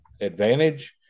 advantage